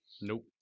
Nope